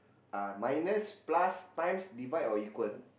uh minus plus times divide or equal